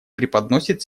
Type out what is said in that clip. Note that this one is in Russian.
преподносит